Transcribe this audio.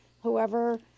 whoever